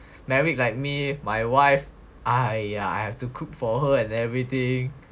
married like me my wife !aiya! I have to cook for her and everything